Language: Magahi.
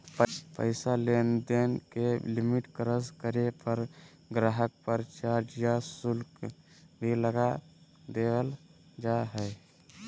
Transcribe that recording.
पैसा लेनदेन के लिमिट क्रास करे पर गाहक़ पर चार्ज या शुल्क भी लगा देवल जा हय